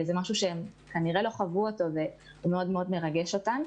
זה משהו שהן כנראה לא חוו אותו והוא מאוד מאוד מרגש אותן.